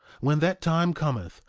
when that time cometh,